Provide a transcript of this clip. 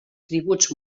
tributs